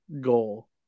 goal